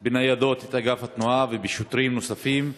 את אגף התנועה בניידות ובשוטרים נוספים.